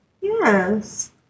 Yes